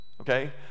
okay